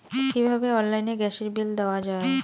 কিভাবে অনলাইনে গ্যাসের বিল দেওয়া যায়?